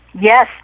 Yes